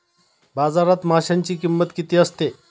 बाजारात माशांची किंमत किती असते?